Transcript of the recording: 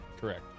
Correct